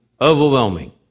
overwhelming